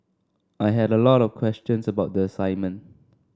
I had a lot of questions about the assignment